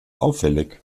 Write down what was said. auffällig